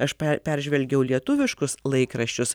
aš per peržvelgiau lietuviškus laikraščius